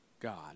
God